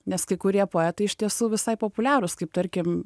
nes kai kurie poetai iš tiesų visai populiarūs kaip tarkim